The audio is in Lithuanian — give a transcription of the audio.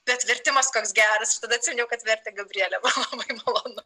bet vertimas koks geras ir tada atsiminiau kad vertė gabrielė man buvo labai malonu